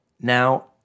Now